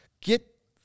Get